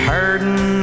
Hurting